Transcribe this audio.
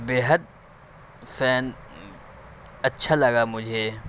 بےحد فین اچھا لگا مجھے